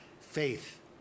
faith